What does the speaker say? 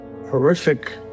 horrific